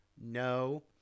no